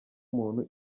muntu